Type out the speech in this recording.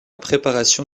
préparation